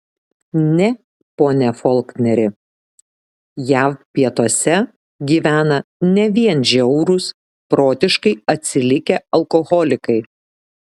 ne pone folkneri jav pietuose gyvena ne vien žiaurūs protiškai atsilikę alkoholikai